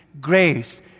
grace